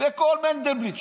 וכל המנדלבליט.